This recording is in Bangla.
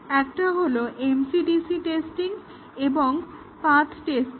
সেগুলি হলো MCDC টেস্টিং এবং পাথ্ টেস্টিং